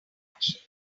actions